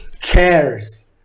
cares